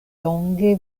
longe